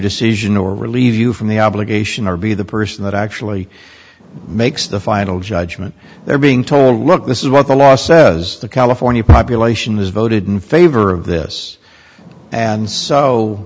decision or relieve you from the obligation or be the person that actually makes the final judgment they're being told look this is what the law says the california population has voted in favor of this and so